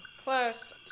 Close